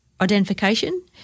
identification